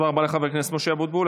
תודה רבה לחבר הכנסת משה אבוטבול.